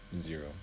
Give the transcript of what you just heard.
zero